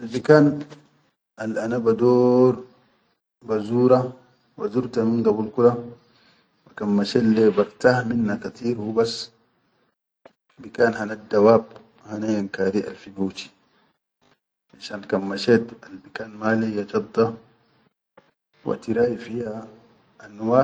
Albikan al ana badoor bazura wa zurta min gabul kula wa kan mashelle bartah minna katir hubas bikan hannaddawab hana yankari alfi Bauchi, shan kan mashet albikan ma leyya jadda wa tirai fiya anwa